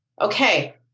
okay